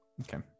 Okay